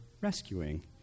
rescuing